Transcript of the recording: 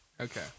Okay